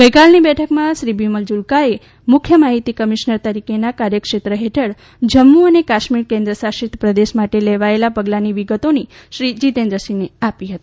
ગઈકાલની બેઠકમાં શ્રી બિમલ જુલ્કાએ મુખ્ય માહિતી કમિશનર તરીકેના કાર્યક્ષેત્ર હેઠળ જમ્મુ અને કાશ્મીર કેન્દ્ર શાસિત પ્રદેશ માટે લેવાયેલા પગલાંની વિગતો શ્રી જીતેન્દ્રસિંહને આપી હતી